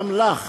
גם לך